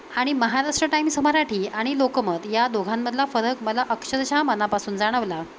आणि महाराष्ट्र टाईम्स मराठी आणि लोकमत या दोघांमधला फरक मला अक्षरशः मनापासून जाणवला